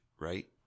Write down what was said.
right